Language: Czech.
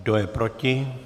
Kdo je proti?